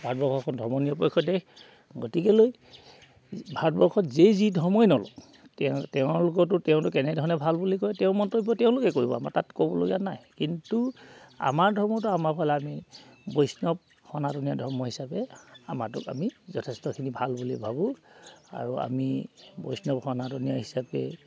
ভাৰতবৰ্ষখন ধৰ্ম নিৰপক্ষ দেশ গতিকেলৈ ভাৰতবৰ্ষত যি যি ধৰ্মই নলও তেওঁ তেওঁলোকতো তেওঁলোক কেনেধৰণে ভাল বুলি কয় তেওঁ মন্তব্য তেওঁলোকে কৰিব আমাৰ তাত ক'বলগীয়া নাই কিন্তু আমাৰ ধৰ্মটো আমাৰ ফালে আমি বৈষ্ণৱ সনাতীয়া ধৰ্ম হিচাপে আমাতোক আমি যথেষ্টখিনি ভাল বুলি ভাবোঁ আৰু আমি বৈষ্ণৱ সনাতনীয়া হিচাপে